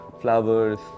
flowers